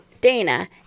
Dana